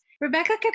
Rebecca